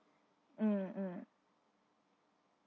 mm mm